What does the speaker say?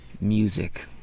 music